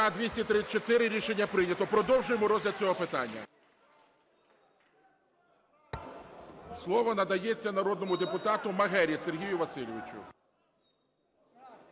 234 Рішення прийнято. Продовжуємо розгляд цього питання. Слово надається народному депутату Магері Сергію Васильовичу.